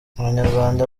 abanyarwanda